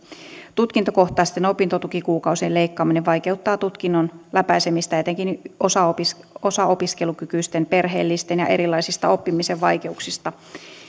tutkintokohtaisten opintotukikuukausien leikkaaminen vaikeuttaa tutkinnon läpäisemistä etenkin osaopiskelukykyisten perheellisten ja erilaisista oppimisen vaikeuksista